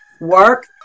work